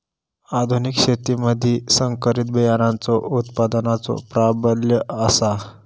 आधुनिक शेतीमधि संकरित बियाणांचो उत्पादनाचो प्राबल्य आसा